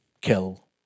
kill